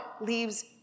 leaves